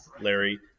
larry